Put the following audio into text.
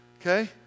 Okay